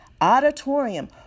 Auditorium